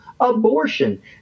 abortion